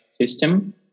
system